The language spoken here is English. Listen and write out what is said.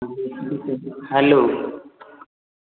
hello